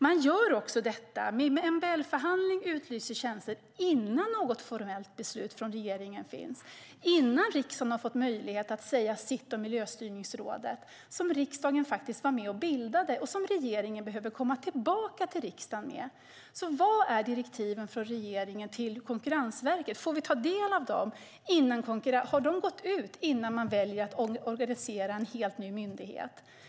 Man utlyser också tjänster och har MBL-förhandlingar innan något formellt beslut från regeringen finns och innan riksdagen har fått möjlighet att säga sitt om Miljöstyrningsrådet, som riksdagen faktiskt var med och bildade och som regeringen behöver komma tillbaka till riksdagen med. Vilka direktiv ger regeringen till Konkurrensverket? Har de gått ut innan man väljer att organisera en helt ny myndighet?